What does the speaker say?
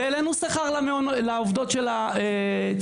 העלינו שכר לעובדות של הצהרונים.